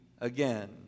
again